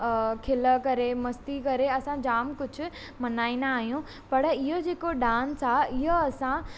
खिल करे मस्ती करे असां जाम कुझु मल्हाईंदा आहियूं पर इहो जेको डांस आहे इअं असां